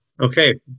Okay